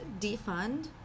defund